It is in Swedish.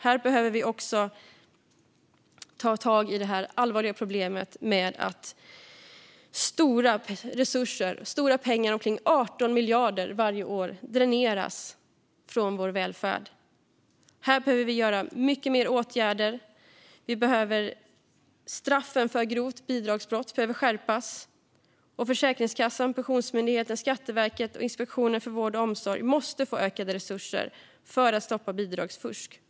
Vi behöver ta tag i det allvarliga problemet med att stora resurser, omkring 18 miljarder varje år, försvinner från vår välfärd. Här behöver vi göra mycket mer åtgärder. Straffen för grovt bidragsbrott behöver skärpas. Försäkringskassan, Pensionsmyndigheten, Skatteverket och Inspektionen för vård och omsorg måste få ökade resurser för att stoppa bidragsfusk.